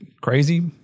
crazy